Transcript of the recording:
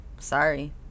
sorry